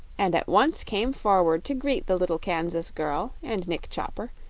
and at once came forward to greet the little kansas girl and nick chopper,